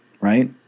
right